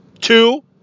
two